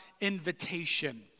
invitation